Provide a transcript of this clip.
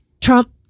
Trump